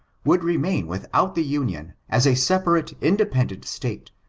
would remain without the union as a separate, independent state,